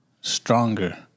stronger